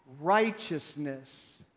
righteousness